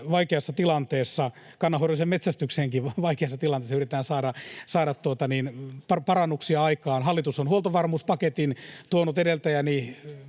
vaikeassa tilanteessa. Kannanhoidolliseen metsästykseenkin vaikeassa tilanteessa yritetään saada parannuksia aikaan. Hallitus on huoltovarmuuspaketin tuonut edeltäjäni,